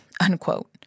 Unquote